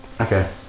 okay